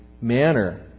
manner